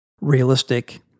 Realistic